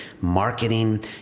marketing